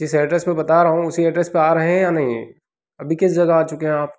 जिस एड्रेस पर बता रहा हूँ उसी एड्रेस पर आ रहे हैं या नहीं अभी किस जगह आ चुके आप